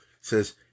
says